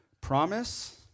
promise